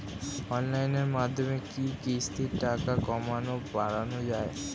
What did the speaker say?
অনলাইনের মাধ্যমে কি কিস্তির টাকা কমানো বাড়ানো যায়?